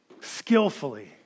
skillfully